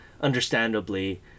understandably